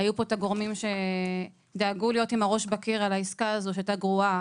היו פה הגורמים שדאגו להיות עם הראש בקיר על העסקה הזו שהיתה גרועה.